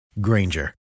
Granger